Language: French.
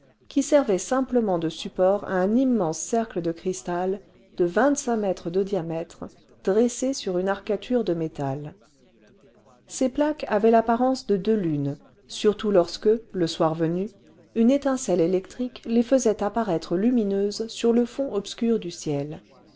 qui servait simplement de support à un immense cercle de cristal de vingt-cinq mètres de diamètre dressé sur une arcature de métal episode de la revolution chinoise surprise du palais d'ete ces plaques avaient l'apparence de deux lunes surtout lorsque le soir venu une étincelle électrique les faisait apparaître lumineuses sur le fond obscur du ciel